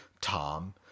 Tom